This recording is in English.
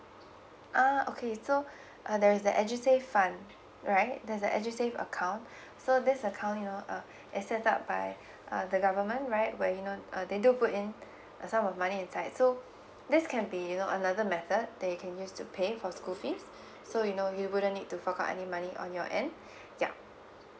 ah okay so uh there is the edusave fund right there's the edusave account so this account you know uh is set up by uh the government right where you know uh they do put in a sum of money inside so this can be you know another method that you can use to pay for school fees so you know you wouldn't need to fork out any money on your end ya